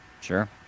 sure